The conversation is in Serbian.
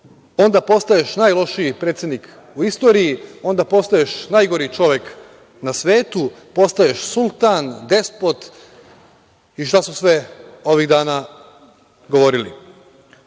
onda postaješ najlošiji predsednik u istoriji, onda postaješ najgori čovek na svetu, postaješ sultan, despot i šta su sve ovih dana govorili.